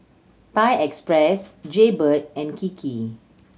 Thai Express Jaybird and Kiki